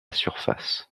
surface